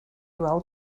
weld